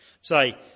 Say